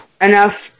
enough